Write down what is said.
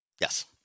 Yes